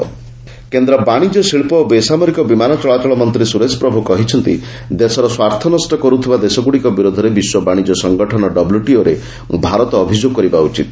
ପ୍ରଭୁ ଡବ୍ଲ୍ୟଟିଓ କେନ୍ଦ୍ର ବାଣିଜ୍ୟ ଶିଳ୍ପ ଓ ବେସାମରିକ ବିମାନ ଚଳାଚଳ ମନ୍ତ୍ରୀ ସ୍ୱରେଶ ପ୍ରଭୁ କହିଛନ୍ତି ଦେଶର ସ୍ୱାର୍ଥ ନଷ୍ଟ କରୁଥିବା ଦେଶଗୁଡ଼ିକ ବିରୋଧରେ ବିଶ୍ୱ ବାଣିଜ୍ୟ ସଙ୍ଗଠନ ଡବ୍ଲ୍ୟଟିଓରେ ଭାରତ ଅଭିଯୋଗ କରିବା ଉଚିତ